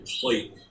plate